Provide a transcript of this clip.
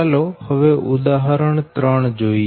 ચાલો હવે ઉદાહરણ 3 જોઈએ